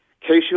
Casual